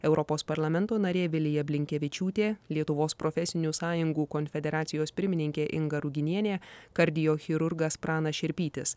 europos parlamento narė vilija blinkevičiūtė lietuvos profesinių sąjungų konfederacijos pirmininkė inga ruginienė kardiochirurgas pranas šerpytis